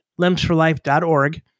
limbsforlife.org